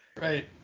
Right